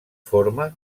forma